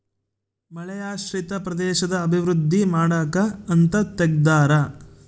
ಮಳೆಯಾಶ್ರಿತ ಪ್ರದೇಶದ ಅಭಿವೃದ್ಧಿ ಮಾಡಕ ಅಂತ ತೆಗ್ದಾರ